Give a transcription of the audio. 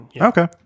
okay